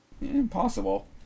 Impossible